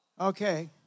Okay